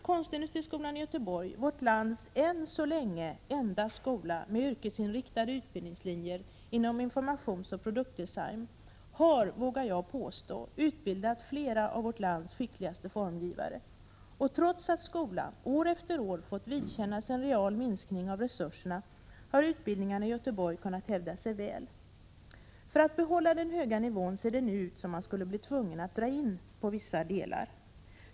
Konstindustriskolan i Göteborg, vårt lands än så länge enda skola med yrkesinriktade utbildningslinjer inom informationsoch produktdesign, har — vågar jag påstå — utbildat flertalet av vårt lands skickligaste formgivare. Trots att skolan år efter år har fått vidkännas en real minskning av resurserna har utbildningen i Göteborg kunnat hävda sig väl. För att behålla den höga nivån ser det nu ut som om man skulle bli tvungen att dra in på vissa delar.